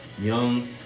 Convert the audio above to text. young